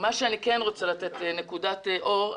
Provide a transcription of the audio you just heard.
אני כן רוצה לתת נקודת אור.